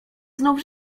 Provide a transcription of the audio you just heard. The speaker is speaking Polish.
znów